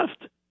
left